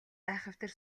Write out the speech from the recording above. айхавтар